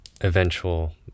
eventual